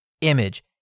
image